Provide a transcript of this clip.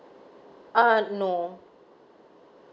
ah no